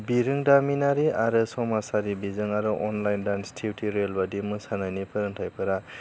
बिरोंदामिनारि आरो समाजारि बिजों आरो अनलाइन दान्स टिउथ'रियेल बायदि मोसानायनि फोरोंथायफोरा